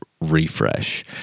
refresh